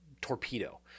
torpedo